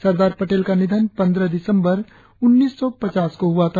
सरदार पटेल का निधन पंद्रह दिसंबर उन्नीस सौ पचास को हुआ था